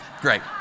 great